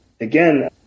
Again